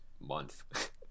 month